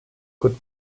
could